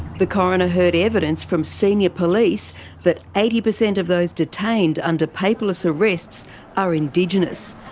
the coroner heard evidence from senior police that eighty percent of those detained under paperless arrests are indigenous,